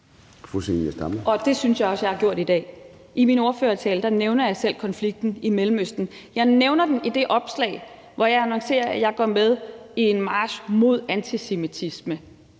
Det synes jeg også jeg har gjort i dag. I min ordførertale nævner jeg selv konflikten i Mellemøsten. Jeg nævner den i det opslag, hvor jeg annoncerer, at jeg går med i en march mod antisemitisme.